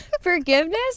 Forgiveness